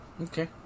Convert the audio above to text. Okay